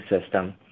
system